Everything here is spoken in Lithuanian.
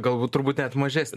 galbūt turbūt net mažesnė